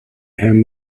him